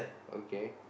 okay